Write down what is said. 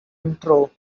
intro